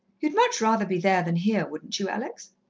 you'd much rather be there than here, wouldn't you, alex?